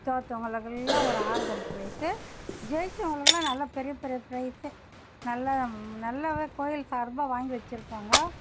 தோற்றவங்களுக்கு எல்லாம் ஒரு ஆறுதல் ப்ரைஸு ஜெயிச்சவங்களுக்குலாம் நல்லா பெரிய பெரிய ப்ரைஸு நல்லா நல்லாவே கோவில் சார்பாக வாங்கி வெச்சுருப்பாங்க